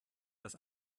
das